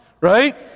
right